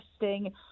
interesting